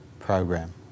program